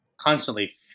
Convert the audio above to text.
constantly